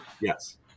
yes